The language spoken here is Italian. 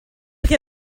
che